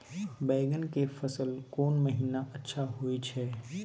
बैंगन के फसल कोन महिना अच्छा होय छै?